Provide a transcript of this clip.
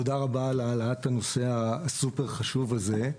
תודה רבה על העלאת הנושא הסופר חשוב הזה,